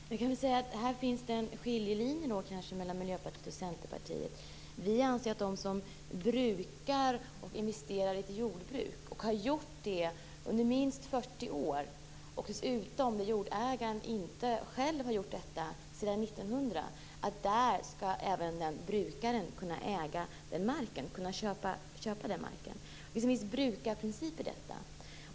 Herr talman! Man kan säga att här finns en skiljelinje mellan Miljöpartiet och Centerpartiet. Vi anser att även den som brukar och investerar i ett jordbruk och har gjort det i minst 40 år - dessutom när jordägaren själv inte har gjort detta sedan 1900 - skall kunna köpa marken. Det finns en viss brukarprincip i detta.